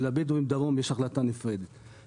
ולבדואים דרום יש החלטה נפרדת.